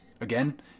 Again